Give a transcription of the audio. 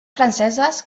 franceses